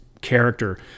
character